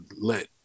let